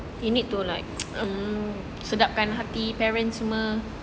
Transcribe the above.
you need to like um sedapkan hati parents semua